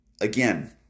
again